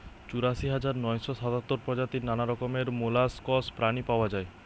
চুরাশি হাজার নয়শ সাতাত্তর প্রজাতির নানা রকমের মোল্লাসকস প্রাণী পাওয়া যায়